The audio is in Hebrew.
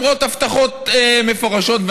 למרות הבטחות מפורשות,